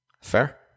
Fair